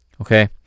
Okay